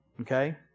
Okay